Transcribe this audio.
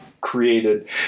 created